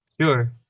sure